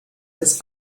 des